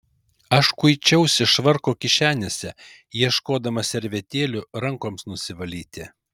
aš kuičiausi švarko kišenėse ieškodamas servetėlių rankoms nusivalyti